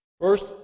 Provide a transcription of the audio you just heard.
First